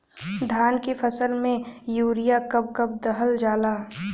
धान के फसल में यूरिया कब कब दहल जाला?